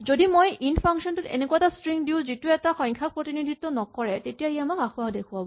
যদি মই int function টোত এনেকুৱা এটা ষ্ট্ৰি দিওঁ যিটোৱে এটা সংখ্যাক প্ৰতিনিধিত্ব নকৰে তেতিয়া ই আমাক আসোঁৱাহ দেখুৱাব